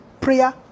prayer